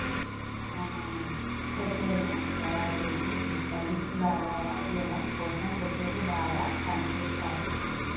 బొకేలు తయారుచేసి ఇట్లా గిఫ్ట్లాగా ఇవ్వడం కోసం బొకేలు బాగా పని చేస్తాయి